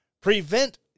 prevent